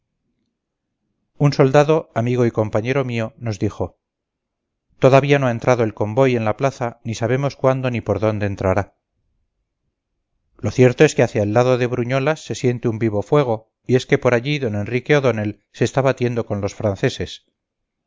un soldado amigo y compañero mío nos dijo todavía no ha entrado el convoy en la plaza ni sabemos cuándo ni por dónde entrará lo cierto es que hacia el lado de bruñolas se siente un vivo fuego y es que por allí don enrique o'donnell se está batiendo con los franceses